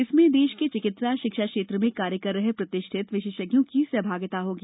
इसमें देश के चिकित्सा शिक्षा क्षेत्र में कार्य कर रहे प्रतिष्ठित विशेषज्ञों की सहभागिता होगी